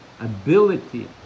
ability